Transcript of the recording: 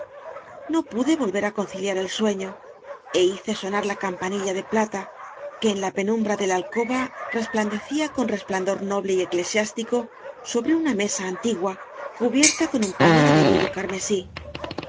no pude volver á conciliar el sue ño é hice sonar la campanilla de plata que en la penumbra de la alcoba resplandecía con resplandor noble y eclesiástico sobre una mesa antigua cubierta con un paño de vellu do carmesí